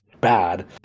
bad